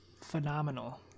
phenomenal